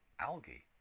Algae